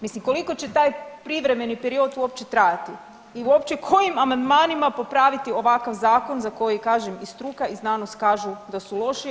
Mislim koliko će taj privremeni period uopće trajati i uopće kojim amandmanima popraviti ovakav zakon za koji kažem i struka i znanost kažu da su loši?